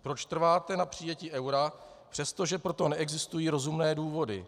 Proč trváte na přijetí eura přesto, že pro to neexistují rozumné důvody?